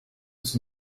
was